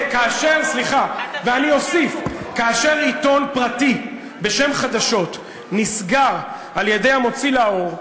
אני אוסיף: כאשר עיתון פרטי בשם "חדשות" נסגר על-ידי המוציא לאור,